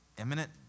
imminent